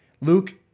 Luke